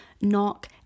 knock